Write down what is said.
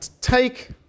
take